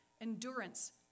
endurance